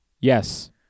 Yes